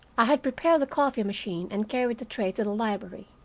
i had prepared the coffee machine and carried the tray to the library.